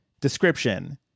description